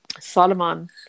Solomon